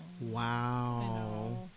wow